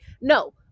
no